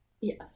Yes